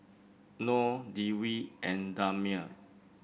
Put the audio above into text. Nor Dwi and Damia